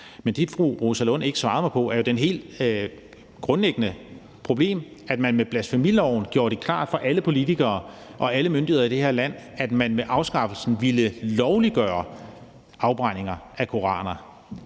Men det, fru Rosa Lund ikke svarede mig på, er jo det helt grundlæggende problem, at man med blasfemiloven gjorde det klart for alle politikere og alle myndigheder i det her land, at man ved afskaffelsen ville lovliggøre afbrændinger af koraner.